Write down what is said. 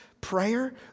prayer